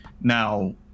Now